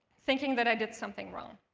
thinking that i did something wrong.